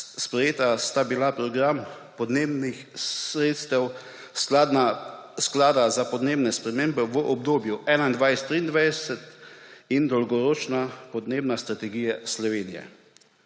sta bila Program porabe sredstev Sklada za podnebne spremembe v obdobju 2021–2023 in Dolgoročna podnebna strategija Slovenije.